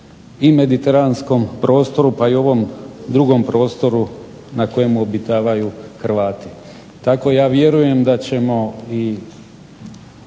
i mediteranskom prostoru pa i ovom drugom prostoru na kojem obitavaju Hrvati. Tako ja vjerujem da ćemo i